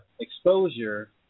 exposure